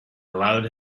allowed